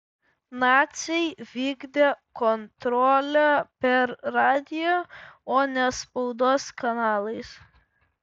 naciai vykdė kontrolę per radiją o ne spaudos kanalais